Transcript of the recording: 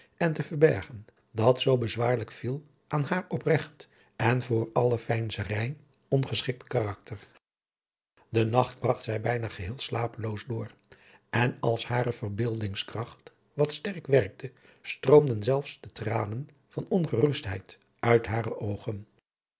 en te verbergen dat zoo bezwaarlijk viel aan haar opregt en voor alle veinzerij ongeschikt karakter den nacht bragt zij bijna geheel slapeloos door en als hare verbeeldingskracht wat sterk werkte stroomden zelf de tranen van onrust uit hare oogen